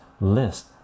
list